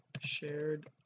shared